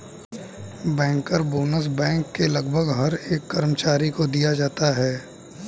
banker bonus bank के लगभग हर एक कर्मचारी को दिया जाता है